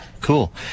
Cool